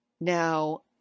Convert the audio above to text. Now